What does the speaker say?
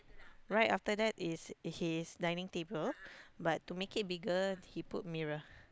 right after that is his dining table but to make it bigger he put mirror